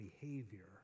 behavior